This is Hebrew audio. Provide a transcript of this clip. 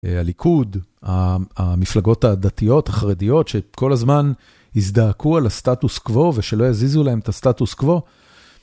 הליכוד, המפלגות הדתיות החרדיות שכל הזמן הזדעקו על הסטטוס קוו ושלא יזיזו להם את הסטטוס קוו,